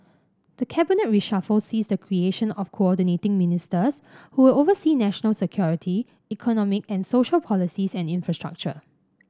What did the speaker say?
the cabinet reshuffle sees the creation of Coordinating Ministers who will oversee national security economic and social policies and infrastructure